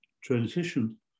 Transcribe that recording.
transition